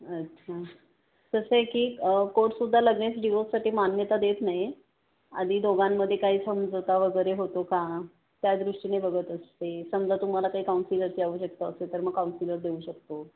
अच्छा कसं आहे की कोर्ट सुद्धा लगेच डिवोससाठी मान्यता देत नाही आधी दोघांमध्ये काही समझौता वगैरे होतो का त्या दृष्टीने बघत असते समजा तुम्हाला काही काउन्सिलरची आवश्यकता असेल तर मग काउन्सिलर देऊ शकतो